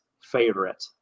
favorite